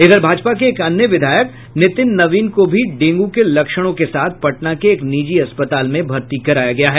इधर भाजपा के एक अन्य विधायक नितिन नवीन को भी डेंगू के लक्षणों के साथ पटना के एक निजी अस्पताल में भर्ती कराया गया है